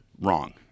wrong